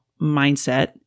mindset